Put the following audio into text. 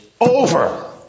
over